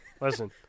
Listen